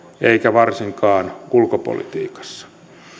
eikä varsinkaan ulkopolitiikassa